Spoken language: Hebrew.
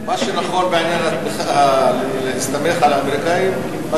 מה שנכון, בעניין להסתמך על האמריקנים, מה